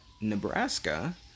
Nebraska